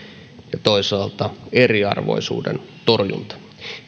ja toisaalta eriarvoisuuden torjunta